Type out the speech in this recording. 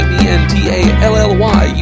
Mentally